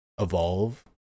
evolve